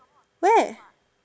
where